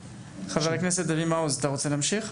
חבר הכנסת אבי מעוז, אתה רוצה להמשיך?